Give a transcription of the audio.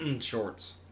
shorts